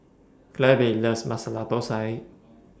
Clabe loves Masala Thosai